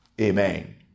Amen